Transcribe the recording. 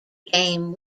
game